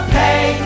pay